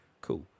Cool